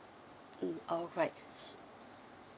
mm alright s~